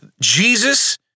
Jesus